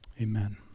Amen